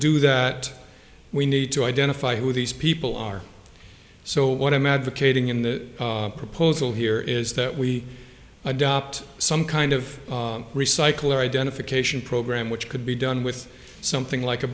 do that we need to identify who these people are so what i'm advocating in the proposal here is that we adopt some kind of recycling identification program which could be done with something like a